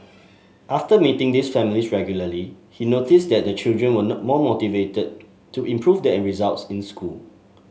after meeting these families regularly he noticed that the children were not more motivated to improve their results in school